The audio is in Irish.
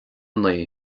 naoi